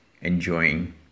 enjoying